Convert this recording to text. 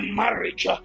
marriage